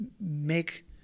make –